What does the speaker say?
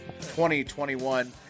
2021